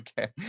Okay